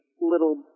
little